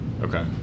okay